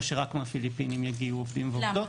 שרק מהפיליפינים יגיעו עובדים ועובדות.